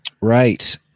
right